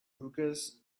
hookahs